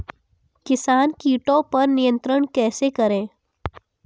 किसान कीटो पर नियंत्रण कैसे करें?